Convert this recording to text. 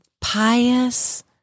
pious